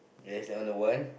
yes that one the one